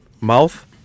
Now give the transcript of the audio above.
mouth